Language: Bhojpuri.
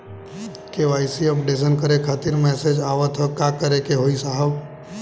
के.वाइ.सी अपडेशन करें खातिर मैसेज आवत ह का करे के होई साहब?